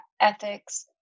ethics